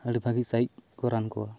ᱟᱹᱰᱤ ᱵᱷᱟᱜᱮ ᱥᱟᱹᱦᱤᱡ ᱠᱚ ᱨᱟᱱ ᱠᱚᱣᱟ